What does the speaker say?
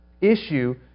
issue